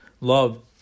love